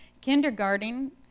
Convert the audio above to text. kindergarten